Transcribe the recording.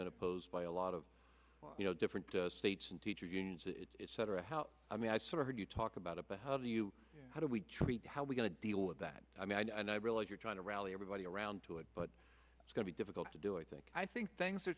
been opposed by a lot of you know different states and teachers unions that cetera how i mean i sort of heard you talk about it but how do you how do we treat how we're going to deal with that i mean and i realize you're trying to rally everybody around to it but it's going to be difficult to do it i think i think things are